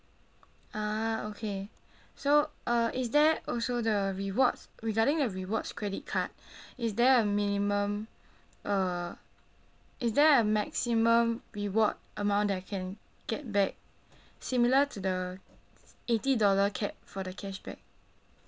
ah okay so uh is there also the rewards regarding the rewards credit card is there a minimum uh is there a maximum reward amount that I can get back similar to the eighty dollar cap for the cashback